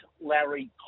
Larry